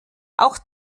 auch